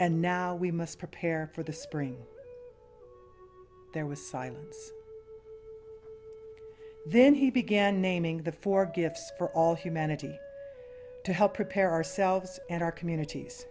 and now we must prepare for the spring there was then he began naming the four gifts for all humanity to help prepare ourselves and our communities